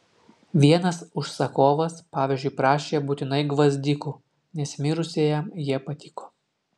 vienas užsakovas pavyzdžiui prašė būtinai gvazdikų nes mirusiajam jie patiko